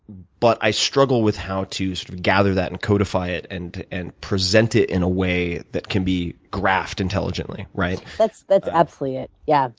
but i struggle with how to so gather that and codify it and and present it in a way that can be graphed intelligently. that's that's absolutely it. yeah